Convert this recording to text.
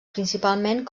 principalment